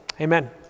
Amen